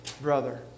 Brother